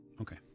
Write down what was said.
Okay